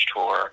Tour